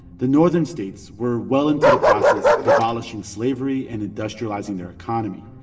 the northern states were well into the process of abolishing slavery and industrializing their economy.